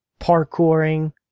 parkouring